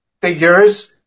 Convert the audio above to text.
figures